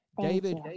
David